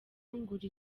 ngura